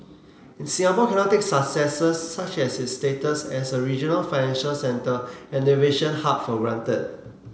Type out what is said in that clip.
and Singapore cannot take successes such as its status as a regional financial centre and aviation hub for granted